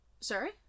sorry